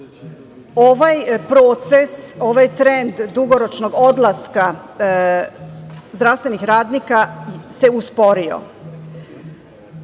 ovaj proces, ovaj trend dugoročnog odlaska zdravstvenih radnika se usporio. Država